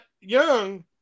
Young